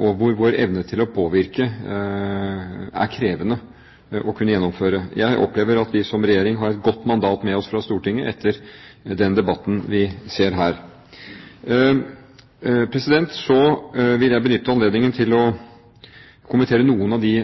og hvor vår evne til å påvirke er krevende. Jeg opplever at vi som regjering har et godt mandat fra Stortinget etter denne debatten. Så vil jeg benytte anledningen til å kommentere noen av de